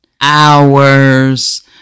hours